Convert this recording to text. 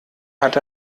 hat